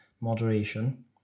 moderation